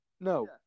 No